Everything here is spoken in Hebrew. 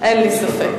אין לי ספק.